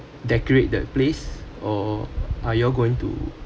decorate that place or are you all going to